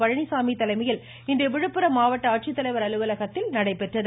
பழனிசாமி தலைமையில் இன்று விழுப்புரம் மாவட்ட ஆட்சித்தலைவர் அலுவலகத்தில் நடைபெற்றது